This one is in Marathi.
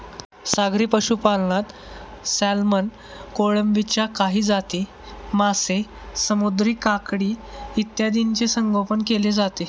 सागरी पशुपालनात सॅल्मन, कोळंबीच्या काही जाती, मासे, समुद्री काकडी इत्यादींचे संगोपन केले जाते